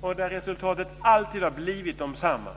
Och resultaten har alltid blivit desamma.